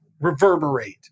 reverberate